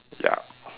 ya